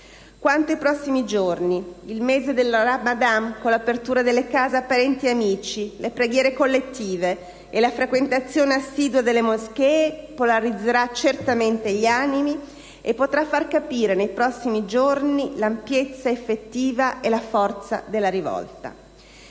Quanto ai prossimi giorni, il mese del Ramadan, con l'apertura delle case a parenti ed amici, le preghiere collettive e la frequentazione assidua delle moschee polarizzerà certamente gli animi e potrà far capire, nei prossimi giorni, l'ampiezza effettiva e la forza della rivolta.